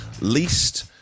least